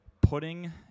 putting